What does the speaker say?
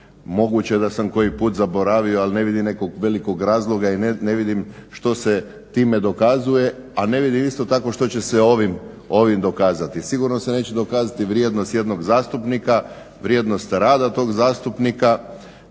moguće je da sam koji put zaboravio ali ne vidim nekog velikog razloga i ne vidim što se time dokazuje, a ne vidim isto tako što će se ovim dokazati. Sigurno se neće dokazati vrijednost jednog zastupnika, vrijednost rada tog zastupnika